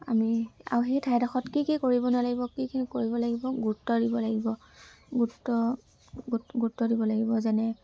আমি আৰু সেই ঠাইডোখৰত কি কি কৰিব নালাগিব কি কি কৰিব লাগিব গুৰুত্ব দিব লাগিব গুৰুত্ব গুৰুত্ব দিব লাগিব যেনে